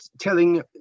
telling